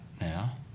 now